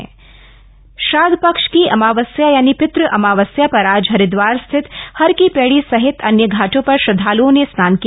पित अमावस्या श्रादध पक्ष की अमावस्या यानी पित् अमावस्या पर आज हरिदवार स्थित हर की पैड़ी सहित अन्य घाटों पर श्रदधालुओं ने स्नान किया